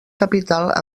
capital